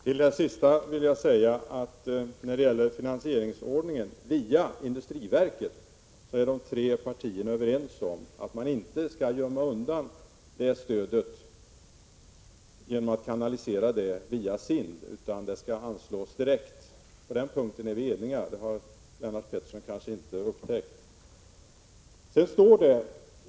Herr talman! Till det sista vill jag säga att när det gäller finansieringsordningen är de tre partierna överens om att man inte skall gömma undan stödet genom att kanalisera det via SIND, utan det skall anslås direkt. På den punkten är vi eniga — det har Lennart Pettersson kanske inte upptäckt.